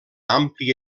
àmplia